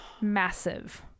Massive